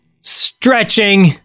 Stretching